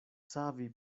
savi